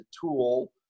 tool